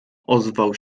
ozwał